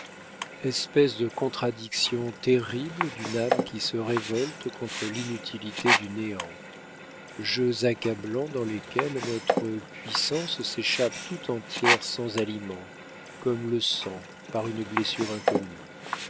espèce de contradiction terrible d'une âme qui se révolte contre l'inutilité du néant jeux accablants dans lesquels notre puissance s'échappe tout entière sans aliment comme le sang par une blessure inconnue